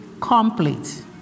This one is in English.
complete